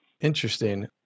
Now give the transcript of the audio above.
Interesting